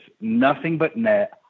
nothing-but-net